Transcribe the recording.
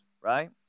right